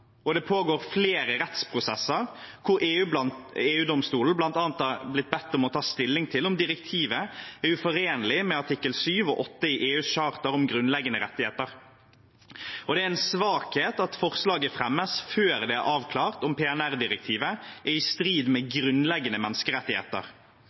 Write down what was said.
og det pågår flere rettsprosesser hvor EU-domstolen bl.a. har blitt bedt om å ta stilling til om direktivet er uforenlig med artiklene 7 og 8 i EUs charter om grunnleggende rettigheter. Det er en svakhet at forslaget fremmes før det er avklart om PNR-direktivet er i strid med